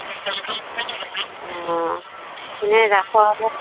অঁ এনেই ৰাসৰ